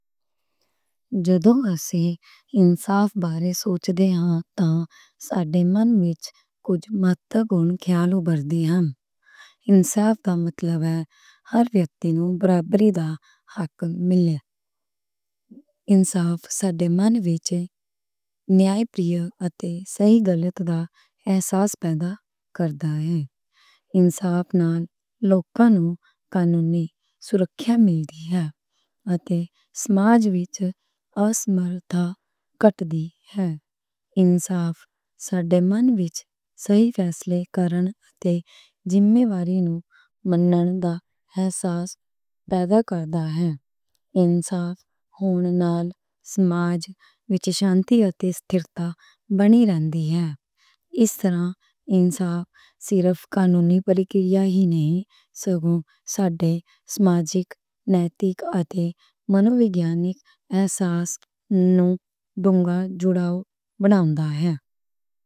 جدوں اسی انصاف بارے سوچ دے، اتے ساڈے من وچ کجھ مہتو گن گلاں آؤندیاں نیں۔ انصاف دا مطلب ہے ہر ویکتی نوں برابری دا حق ملے۔ انصاف ساڈے من وچ صحیح غلط دا احساس پیدا کردا ہے۔ انصاف نال لوکاں نوں قانونی فریم دے وچ سہولت ملدی ہے اتے سماج وچ اسمتا کٹدی ہے۔ انصاف ساڈے من وچ صحیح فیصلے کرن اتے ذمہ واری نوں من لینا ہے۔ انصاف ہون نال سماج وچ شانتی اتے استھرتھا بنی رہندی ہے۔ اس طرح انصاف صرف قانونی پرکریا ہی نہیں سگون ساڈے سماجک، نیتک اتے منوگیانک احساس نوں ڈونگا جوڑاؤ بناؤن دا ہے۔